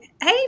Hey